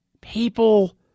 People